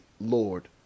Lord